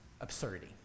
absurdity